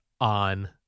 on